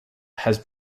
has